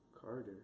Carter